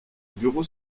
bureau